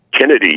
Kennedy